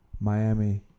Miami